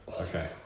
Okay